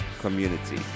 community